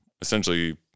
essentially